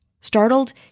Startled